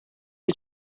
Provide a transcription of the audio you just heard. had